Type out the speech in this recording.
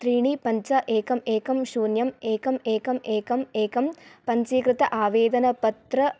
त्रीणि पञ्च एकम् एकं शून्यम् एकम् एकम् एकम् एकं पञ्जीकृत आवेदनपत्र